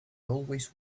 always